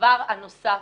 והדבר הנוסף,